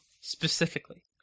specifically